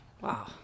wow